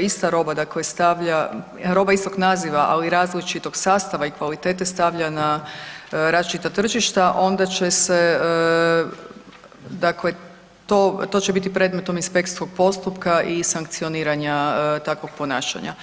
ista roba stavlja, roba istog naziva, ali različitog sastava i kvalitete stavlja na različita tržišta onda će to biti predmetom inspekcijskog postupka i sankcioniranja takvog ponašanja.